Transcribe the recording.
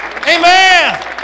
Amen